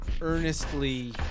earnestly